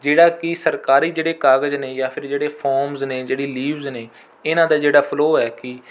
ਜਿਹੜਾ ਕਿ ਸਰਕਾਰੀ ਜਿਹੜੇ ਕਾਗਜ਼ ਨੇ ਜਾਂ ਫਿਰ ਜਿਹੜੇ ਫੌਮਸ ਨੇ ਜਿਹੜੀ ਲੀਵਸ ਨੇ ਇਹਨਾਂ ਦਾ ਜਿਹੜਾ ਫਲੋ ਹੈ ਕਿ